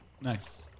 Nice